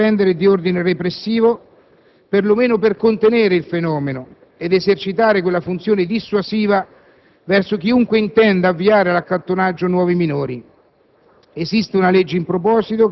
Pertanto, la prima azione da intraprendere è di ordine repressivo, per lo meno per contenere il fenomeno ed esercitare quella funzione dissuasiva verso chiunque intenda avviare all'accattonaggio nuovi minori.